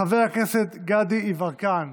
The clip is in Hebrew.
חבר הכנסת גדי יברקן,